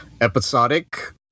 episodic